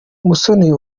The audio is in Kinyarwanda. musoni